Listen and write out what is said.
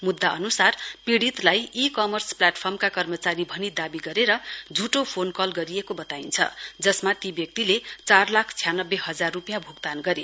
मुद्दा अनुसार पीड़ितलाई ई कमर्स प्लेटफर्मका कर्मचारी भनी दावी गरेर झुटो फोन कल गरिएको वताइन्छ जसमा ती व्यक्तिले चार लाख छ्यानब्बे हजार रुपियाँ भुक्तान गरे